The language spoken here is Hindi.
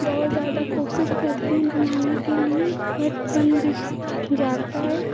बहुत ज़्यादा कोशिश करती हैं बनाने के लिए बट बन भी जाता है